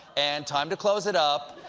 and time to close it up.